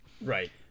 Right